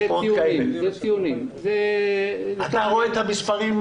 אתה רואה את המספרים?